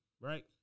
right